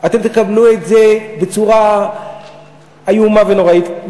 אתם תקבלו את זה בצורה איומה ונוראית.